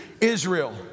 Israel